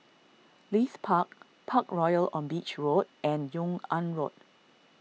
Leith Park Parkroyal on Beach Road and Yung An Road